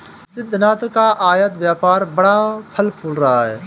सिद्धिनाथ का आयत व्यापार बड़ा फल फूल रहा है